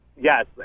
yes